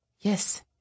Yes